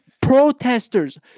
Protesters